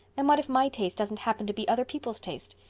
and what if my taste doesn't happen to be other people's taste?